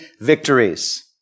victories